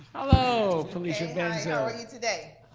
hello, felicia benzo. how are you today?